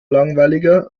langweiliger